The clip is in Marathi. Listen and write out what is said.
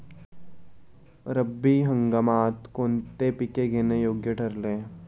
रब्बी हंगामात कोणती पिके घेणे योग्य ठरेल?